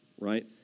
right